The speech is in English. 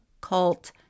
cult